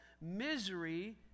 misery